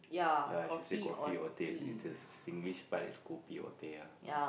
ya I should say coffee or teh because Singlish part is kopi or teh ah